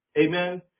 Amen